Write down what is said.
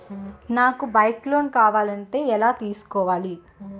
నాకు bike loan కావాలంటే ఎలా తీసుకోవాలి?